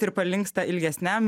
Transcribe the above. ir palinksta ilgesniam